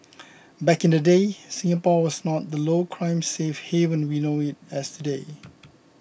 back in the day Singapore was not the low crime safe haven we know it as today